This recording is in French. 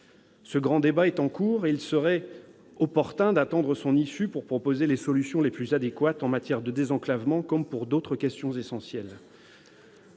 Ce grand débat est en cours et il serait opportun d'en attendre l'issue pour proposer les solutions les plus adéquates, en matière de désenclavement comme pour d'autres questions essentielles.